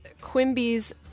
Quimby's